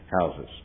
houses